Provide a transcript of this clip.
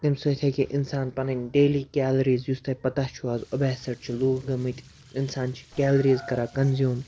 تمہِ سۭتۍ ہیٚکہِ اِنسان پَنٕںۍ ڈیلی کیلریٖز یُس تۄہہِ پَتہ چھُ آز اوٚبیسٕڈ چھِ لوٗکھ گٔمٕتۍ اِنسان چھِ کیلریٖز کَران کَنزیوٗم